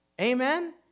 Amen